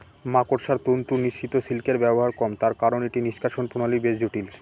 মাকড়সার তন্তু নিঃসৃত সিল্কের ব্যবহার কম তার কারন এটি নিঃষ্কাষণ প্রণালী বেশ জটিল